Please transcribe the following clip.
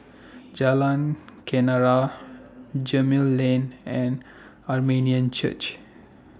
Jalan Kenarah Gemmill Lane and Armenian Church